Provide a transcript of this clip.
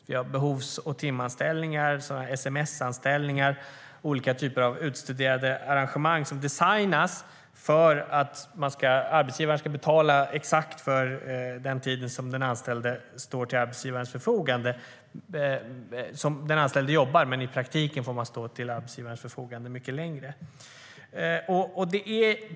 Vi har behovs och timanställningar, sms-anställningar, olika typer av utstuderade arrangemang som designas för att arbetsgivaren ska betala exakt för den tid som den anställde jobbar, men i praktiken får man stå till arbetsgivarens förfogande mycket längre.